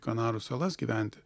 kanarų salas gyventi